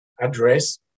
address